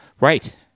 Right